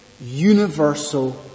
universal